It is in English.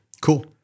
Cool